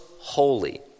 holy